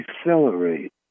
accelerate